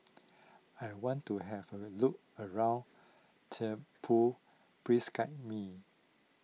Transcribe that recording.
I want to have a look around Thimphu please guide me